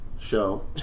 Show